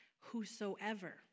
whosoever